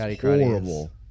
horrible